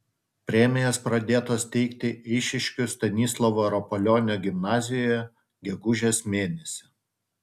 premijos pradėtos teikti eišiškių stanislovo rapolionio gimnazijoje gegužės mėnesį